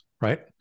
right